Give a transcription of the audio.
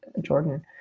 Jordan